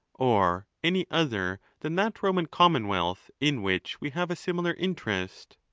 or any other than that roman commonwealth in which we have a similar interest?